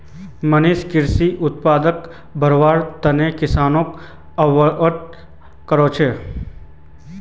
मनीष कृषि उत्पादनक बढ़व्वार तने किसानोक अवगत कराले